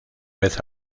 vez